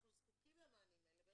אנחנו זקוקים למענים האלה.